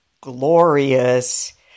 glorious